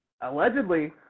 allegedly